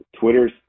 twitter's